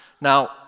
Now